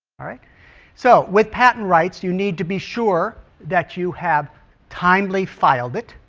all right so with patent rights you need to be sure that you have timely filed it